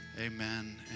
Amen